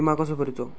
विमा कसो भरूचो?